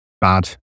bad